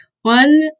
One